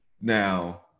Now